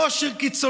ראש עיר קיצוני,